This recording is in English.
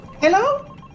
Hello